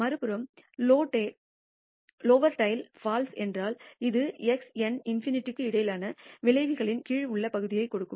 மறுபுறம் lower tail FALSE என்றால் அது x n ∞ க்கு இடையிலான வளைவின் கீழ் உள்ள பகுதியைக் கொடுக்கும்